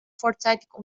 vorzeitig